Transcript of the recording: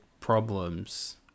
problems